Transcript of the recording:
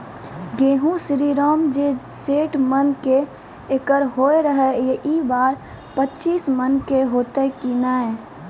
गेहूँ श्रीराम जे सैठ मन के एकरऽ होय रहे ई बार पचीस मन के होते कि नेय?